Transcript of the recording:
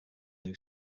new